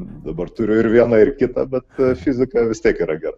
dabar turiu ir vieną ir kitą bet fizika vis tiek yra gerai